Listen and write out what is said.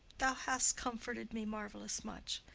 thou hast comforted me marvellous much.